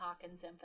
Hawkins